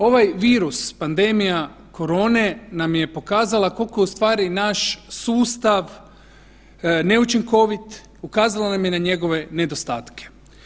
Ovaj virus, pandemija korone nam je pokazala koliko ustvari naš sustav neučinkovit, ukazala nam je na njegove nedostatke.